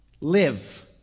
Live